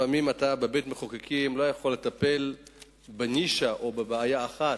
לפעמים אתה לא יכול בבית-המחוקקים לטפל בנישה או בבעיה אחת.